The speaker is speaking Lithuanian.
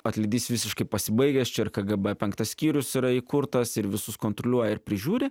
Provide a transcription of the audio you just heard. atlydys visiškai pasibaigęs čia ir kgb penktas skyrius yra įkurtas ir visus kontroliuoja ir prižiūri